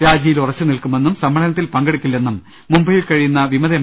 രാജിയിൽ ഉറച്ചുനിൽക്കുമെന്നും സമ്മേളനത്തിൽ പങ്കെടുക്കില്ലെന്നും മുംബൈയിൽ കഴിയുന്ന വിമത എം